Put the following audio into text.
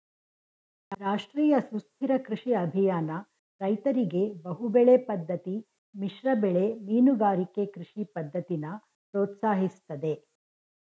ರಾಷ್ಟ್ರೀಯ ಸುಸ್ಥಿರ ಕೃಷಿ ಅಭಿಯಾನ ರೈತರಿಗೆ ಬಹುಬೆಳೆ ಪದ್ದತಿ ಮಿಶ್ರಬೆಳೆ ಮೀನುಗಾರಿಕೆ ಕೃಷಿ ಪದ್ದತಿನ ಪ್ರೋತ್ಸಾಹಿಸ್ತದೆ